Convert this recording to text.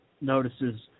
notices